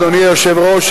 אדוני היושב-ראש,